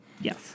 Yes